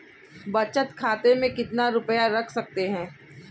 बचत खाते में कितना रुपया रख सकते हैं?